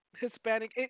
Hispanic